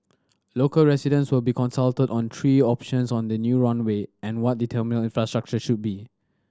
local residents will be consulted on three options for the new runway and what the terminal infrastructure should be